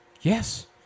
Yes